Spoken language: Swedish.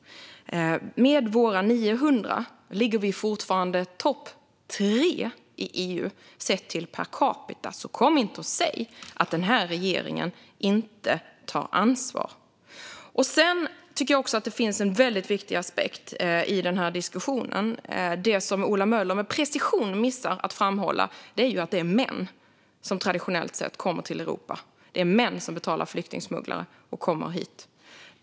Med våra 900 ligger vi fortfarande bland topp tre i EU sett till per capita. Så kom inte och säg att den här regeringen inte tar ansvar! Det finns en väldigt viktig aspekt i den här diskussionen som Ola Möller med precision missar att framhålla, nämligen att det traditionellt sett är män som kommer till Europa. Det är män som betalar flyktingsmugglarna och kommer hit.